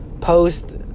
Post